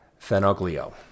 Fenoglio